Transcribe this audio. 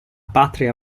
patria